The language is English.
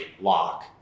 lock